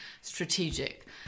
strategic